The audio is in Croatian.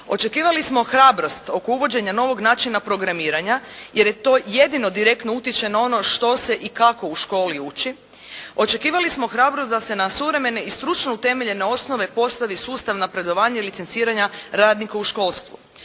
Očekivali smo hrabrost oko uvođenja novog načina programiranja, jer to jedino direktno utiče na ono što se i kako u školi uči. Očekivali smo hrabrost da se na suvremene i stručno utemeljene osnove postavi sustav napredovanja i licenciranja radnika u školstvu.